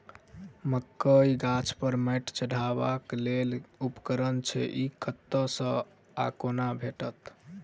मकई गाछ पर मैंट चढ़ेबाक लेल केँ उपकरण छै? ई कतह सऽ आ कोना भेटत?